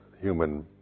human